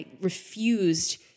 refused